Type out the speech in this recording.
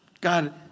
God